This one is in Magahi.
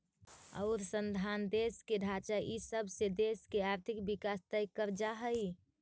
अउर संसाधन, देश के ढांचा इ सब से देश के आर्थिक विकास तय कर जा हइ